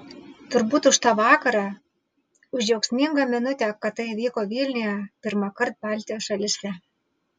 turbūt už tą vakarą už džiaugsmingą minutę kad tai įvyko vilniuje pirmąkart baltijos šalyse